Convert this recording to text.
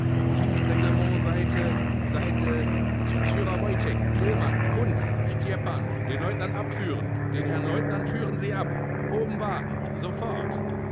dienstreglement seite seite zugsführer vojtech grillmann kunz schtjepan den leutnant abführen den herrn leutnant führen sie ab oben warten sofort